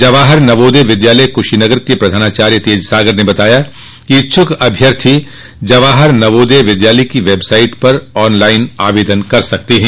जवाहर नवोदय विद्यालय कुशीनगर के प्रधानाचार्य तेजसागर ने बताया कि इच्छुक अभ्यर्थी जवाहर नवोदय विद्यालय की वेबसाइट पर ऑन लाइन आवेदन कर सकते हैं